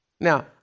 Now